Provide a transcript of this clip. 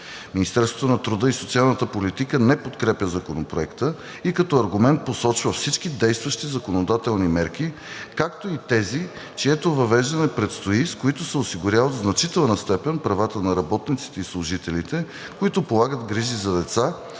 Министерството на труда и социалната политика не подкрепя Законопроекта и като аргумент посочва всички действащи законодателни мерки, както и тези, чието въвеждане предстои, с които се осигуряват в значителна степен правата на работниците и служителите, които полагат грижи за деца,